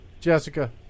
Jessica